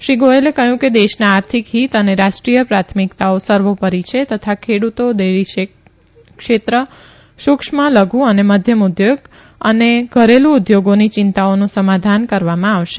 શ્રી ગોયલે કહયું કે દેશના આર્થિક હિત અને રાષ્ટ્રીય પ્રાથમિકતાઓ સર્વોપરી છે તથા ખેડુતો ડેરી ક્ષેત્ર સુક્ષ્મ લધુ અને મધ્યમ ઉદ્યોગ અને ઘરેલુ ઉદ્યોગોની ચિંતાઓનું સમાધાન કરવામાં આવશે